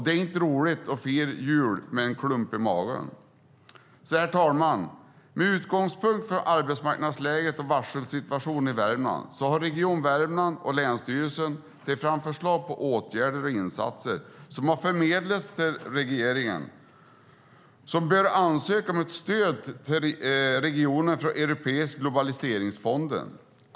Det är inte roligt att fira jul med en klump i magen. Herr talman! Med utgångspunkt i arbetsmarknadsläget och varselsituationen i Värmland har Region Värmland och länsstyrelsen tagit fram förslag på åtgärder och insatser som har förmedlats till regeringen, som bör ansöka om ett stöd till regionen från Europeiska globaliseringsfonden.